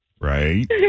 Right